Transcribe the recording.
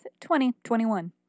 2021